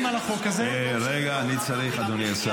נבקש לדחות את ההצבעה.